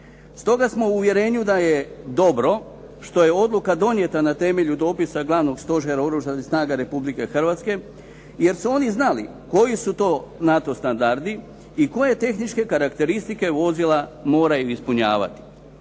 Stoga smo u uvjerenju da je dobro što je odluka donijeta na temelju dopisa Glavnog stožera Oružanih snaga Republike Hrvatske jer su oni znali koji su to NATO standardi i koje tehničke karakteristike vozila moraju ispunjavati.